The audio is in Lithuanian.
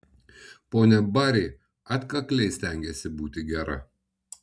ponia bari atkakliai stengėsi būti gera